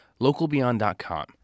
LocalBeyond.com